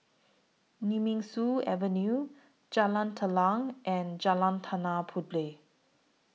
Nemesu Avenue Jalan Telang and Jalan Tanah Puteh